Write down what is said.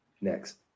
Next